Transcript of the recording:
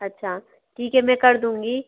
अच्छा ठीक है मैं कर दूँगी